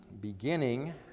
beginning